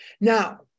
Now